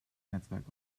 netzwerk